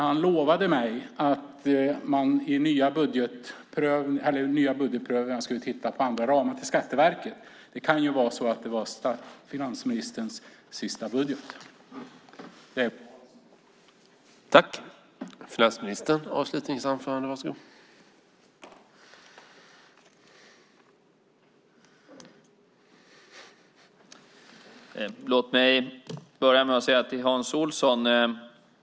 Han lovade mig att man i de nya budgetprövningarna skulle titta på andra ramar till Skatteverket. Det kan vara så att det var finansministerns sista budget. Det är val snart.